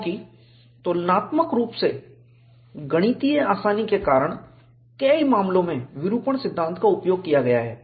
क्योंकि तुलनात्मक रूप से गणितीय आसानी के कारण कई मामलों में विरूपण सिद्धांत का उपयोग किया गया है